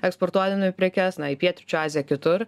eksportuodami prekes na į pietryčių aziją kitur